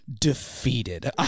defeated